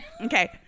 okay